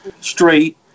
straight